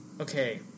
Okay